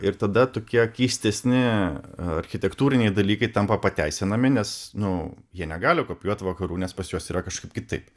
ir tada tokie keistesni architektūriniai dalykai tampa pateisinami nes nu jie negali kopijuot vakarų nes pas juos yra kažkaip kitaip